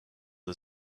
the